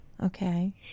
Okay